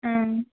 ஆ